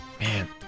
Man